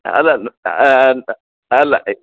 ಅದು ಅಲ್ಲ